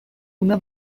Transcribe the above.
una